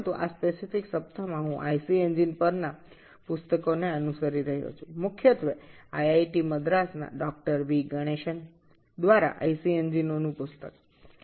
তবে এই বিশেষ সপ্তাহে আমি আইসি ইঞ্জিনগুলির বই মূলত আইআইটি মাদ্রাজের ডাঃ ভি গণেশনের আইসি ইঞ্জিনগুলির বই অনুসরণ করছি